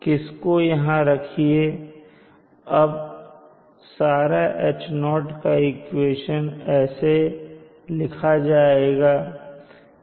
किसको यहां रखिए और अब सारा H0 का इक्वेशन ऐसे लिखा जाएगा ऊपर देखें